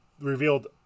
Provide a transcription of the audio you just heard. revealed